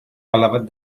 elevat